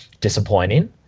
disappointing